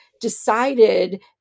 decided